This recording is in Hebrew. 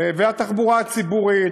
והתחבורה הציבורית,